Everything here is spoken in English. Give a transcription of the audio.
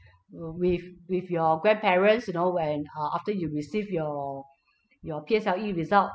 with with your grandparents you know when uh after you receive your your P_S_L_E result